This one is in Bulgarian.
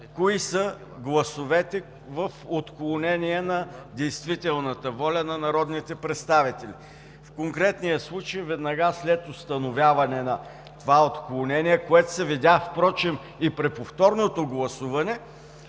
кои са гласовете в отклонение на действителната воля на народните представители? В този случай, веднага след установяване на това отклонение, което се видя впрочем и при повторното гласуване,